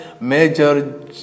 major